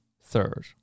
third